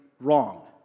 wrong